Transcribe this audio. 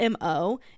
mo